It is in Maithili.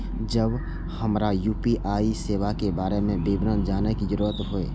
जब हमरा यू.पी.आई सेवा के बारे में विवरण जानय के जरुरत होय?